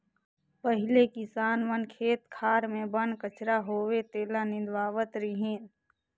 पहिले किसान मन खेत खार मे बन कचरा होवे तेला निंदवावत रिहन